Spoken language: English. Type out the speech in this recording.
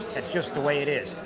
that's just the way it is.